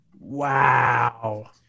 wow